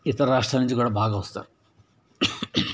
ఇతర రాష్ట్రాల నుంచి కూడా బాగా వస్తారు